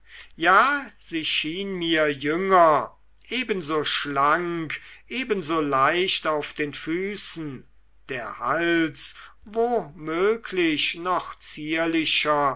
ja sie schien mir jünger ebenso schlank ebenso leicht auf den füßen der hals womöglich noch zierlicher